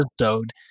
episode